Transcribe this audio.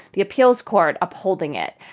the appeals court upholding it.